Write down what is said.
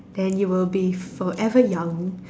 then you will be forever young